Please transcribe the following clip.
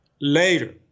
later